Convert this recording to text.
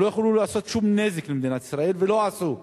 הם לא יכלו לעשות שום נזק למדינת ישראל ולא עשו.